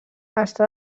està